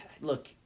look